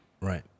Right